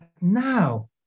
now